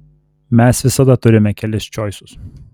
mes visada turime kelis čoisus